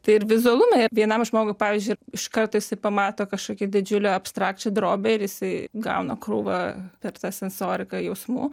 tai ir vizualumą vienam žmogui pavyzdžiui iškart jisai pamato kažkokį didžiulę abstrakčią drobę ir jisai gauna krūvą per tą sensoriką jausmų